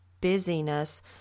busyness